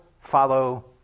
follow